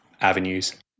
avenues